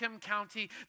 County